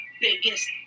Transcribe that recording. biggest